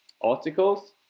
articles